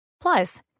Plus